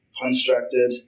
constructed